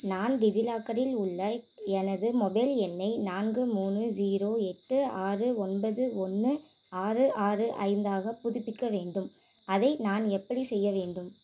நான் டிஜிலாக்கரில் உள்ள எனது மொபைல் எண்ணை நான்கு மூணு ஜீரோ எட்டு ஆறு ஒன்பது ஒன்று ஆறு ஆறு ஐந்தாக புதுப்பிக்க வேண்டும் அதை நான் எப்படிச் செய்ய வேண்டும்